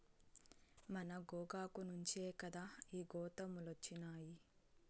మన గోగాకు నుంచే కదా ఈ గోతాములొచ్చినాయి